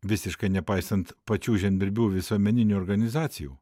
visiškai nepaisant pačių žemdirbių visuomeninių organizacijų